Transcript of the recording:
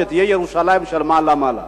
שתהיה ירושלים של מעלה-מעלה.